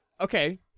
okay